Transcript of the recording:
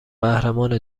قهرمان